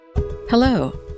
Hello